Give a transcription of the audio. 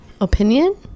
opinion